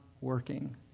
working